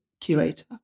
curator